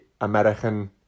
American